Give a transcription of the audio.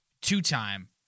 two-time